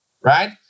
right